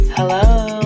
Hello